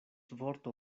vorto